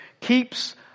keeps